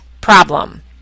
problem